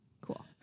cool